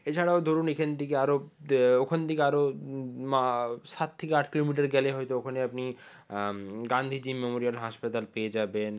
এছাড়াও ধরুন এখান থেকে আরও ওখান থেকে আরও সাত থেকে আট কিলোমিটার গেলে হয়তো ওখানে আপনি গান্ধিজি মেমোরিয়াল হাসপাতাল পেয়ে যাবেন